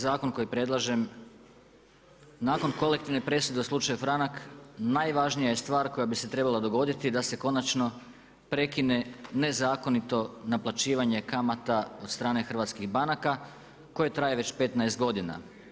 Zakon koji predlažem nakon kolektivne presude u slučaju Franak najvažnija je stvar koja bi se trebala dogoditi da se konačno prekine nezakonito naplaćivanje kamata od strane hrvatskih banaka koje traje već 15 godina.